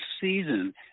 season